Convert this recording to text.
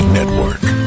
Network